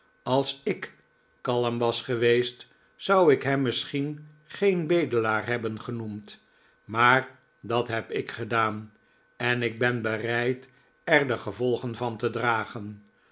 als ik kalm was geweest zou ik hem misschien geen bedelaar hebben genoemd maar dat heb ik gedaan en ik ben bereid er de gevolgen van te dragen